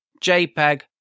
JPEG